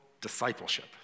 discipleship